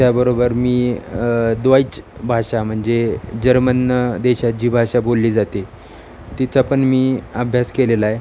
त्याबरोबर मी द्वईच भाषा म्हणजे जर्मन देशात जी भाषा बोलली जाते तिचा पण मी अभ्यास केलेला आहे